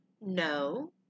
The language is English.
no